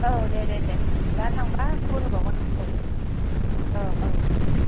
आव दे दे दे दा थांबा खबर होबावगोन नोंखौ आव दे